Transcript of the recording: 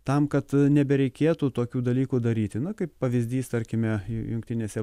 tam kad nebereikėtų tokių dalykų daryti na kaip pavyzdys tarkime jungtinėse